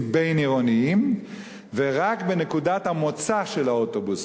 בין-עירוניים ורק בנקודת המוצא של האוטובוס.